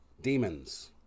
Demons